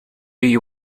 you